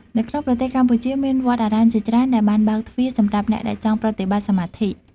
នៅក្នុងប្រទេសកម្ពុជាមានវត្តអារាមជាច្រើនដែលបានបើកទ្វារសម្រាប់អ្នកដែលចង់ប្រតិបត្តិសមាធិ។